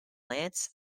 plants